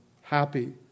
happy